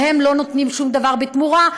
והם לא נותנים שום דבר בתמורה.